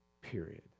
Period